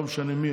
לא משנה מי,